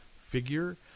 figure